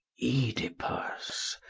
oedipus,